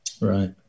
Right